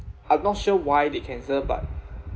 I'm not sure why they cancel but